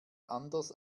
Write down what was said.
anders